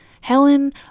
Helen